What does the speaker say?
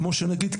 כמו שנגיד,